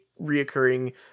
reoccurring